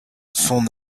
son